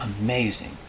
amazing